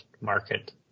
market